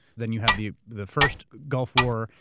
then you have the the first gulf war.